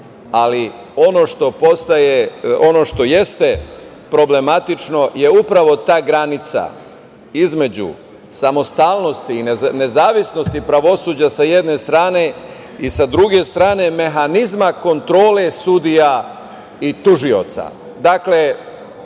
ali ono što jeste problematično je upravo ta granica između samostalnosti i nezavisnosti pravosuđa, sa jedne strane, i, sa druge strane, mehanizma kontrole sudija i tužioca. Dakle,